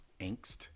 angst